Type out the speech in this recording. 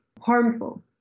harmful